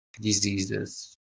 diseases